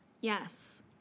Yes